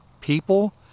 people